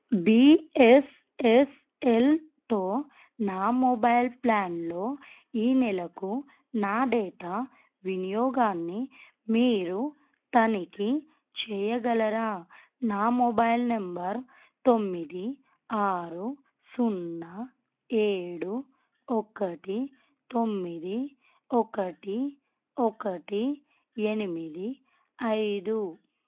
బీఎస్ఎస్ఎల్తో నా మొబైల్ ప్లాన్లో ఈ నెలకు నా డేటా వినియోగాన్ని మీరు తనిఖీ చేయగలరా నా మొబైల్ నంబర్ తొమ్మిది ఆరు సున్నా ఏడు ఒకటి తొమ్మిది ఒకటి ఒకటి ఎనిమిది ఐదు